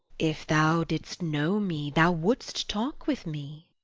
if thou didst know me, thou wouldst talk with me.